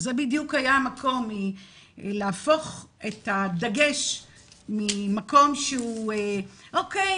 זה בדיוק היה המקום להפוך את הדגש ממקום שהוא אוקי,